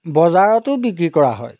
বজাৰতো বিক্ৰী কৰা হয়